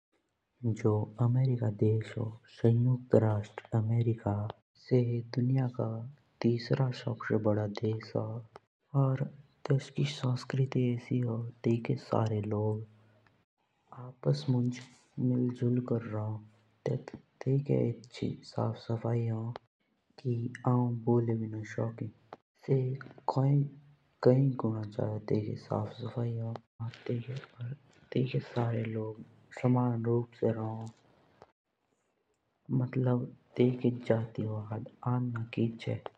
जो अमेरिका देश भी हों सो दुनिया का तीसरे नंबर का सबसे बड़ा देश हों